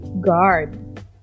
guard